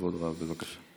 בכבוד רב, בבקשה.